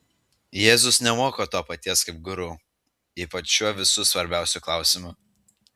jėzus nemoko to paties kaip guru ypač šiuo visų svarbiausiu klausimu